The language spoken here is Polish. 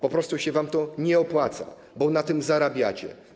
Po prostu się wam to nie opłaca, bo na tym zarabiacie.